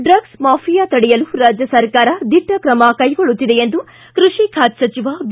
ಡ್ರಗ್ಲ್ mafia ತಡೆಯಲು ರಾಜ್ಯ ಸರ್ಕಾರ ದಿಟ್ಟ ತ್ರಮಕೈಗೊಳ್ಳುತ್ತಿದೆ ಎಂದು ಕೃಷಿ ಖಾತೆ ಸಚವ ಬಿ